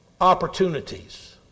opportunities